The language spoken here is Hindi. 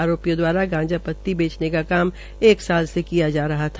आरोपियों दवारा गांजापत्ती बेचने का काम एक वर्ष से किया जा रहा था